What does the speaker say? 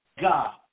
God